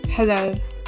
Hello